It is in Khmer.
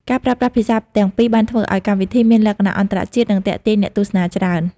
ការប្រើប្រាស់ភាសាទាំងពីរបានធ្វើឱ្យកម្មវិធីមានលក្ខណៈអន្តរជាតិនិងទាក់ទាញអ្នកទស្សនាច្រើន។